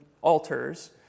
altars